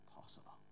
possible